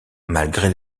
malgré